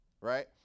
right